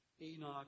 Enoch